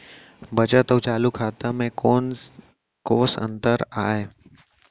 बचत अऊ चालू खाता में कोस अंतर आय?